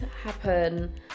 happen